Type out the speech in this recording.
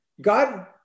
God